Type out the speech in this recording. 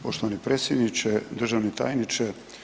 Poštovani predsjedniče, državni tajniče.